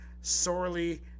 sorely